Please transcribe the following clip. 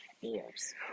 years